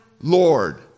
Lord